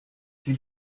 did